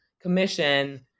commission